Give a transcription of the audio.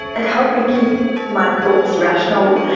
it helped me keep my thoughts rational,